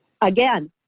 Again